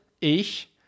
ich